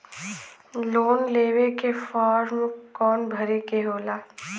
Loan लेवे के form कौन भरे के होला?